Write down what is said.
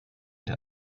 der